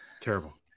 Terrible